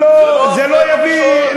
זה לא יביא,